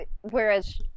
whereas